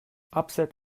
upset